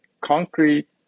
concrete